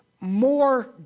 more